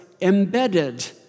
embedded